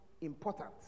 important